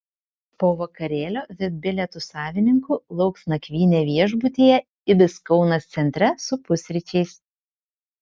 po vakarėlio vip bilietų savininkų lauks nakvynė viešbutyje ibis kaunas centre su pusryčiais